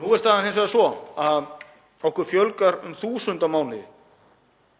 Nú er staðan hins vegar sú að okkur fjölgar um 1.000 á mánuði,